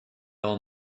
all